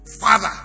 father